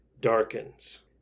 Darkens